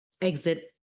exit